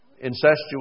incestuous